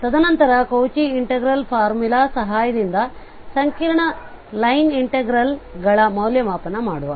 ತದನಂತರ Cauchy integral formula ಸಹಾಯದಿಂದ ಸಂಕೀರ್ಣ ಲೈನ್ ಇಂಟಿಗ್ರಾಲ್ಗಳ ಮೌಲ್ಯಮಾಪನ ಮಾಡುವ